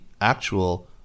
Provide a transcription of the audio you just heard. actual